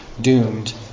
doomed